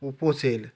पो पोचेल